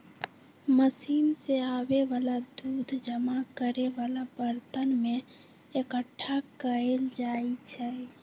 machine से आबे वाला दूध जमा करे वाला बरतन में एकट्ठा कएल जाई छई